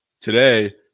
Today